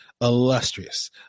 illustrious